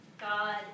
God